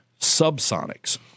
subsonics